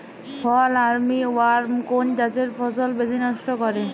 ফল army worm কোন চাষের ফসল বেশি নষ্ট করে?